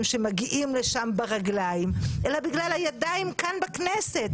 שמגיעים לשם ברגליים אלא בגלל הידיים כאן בכנסת.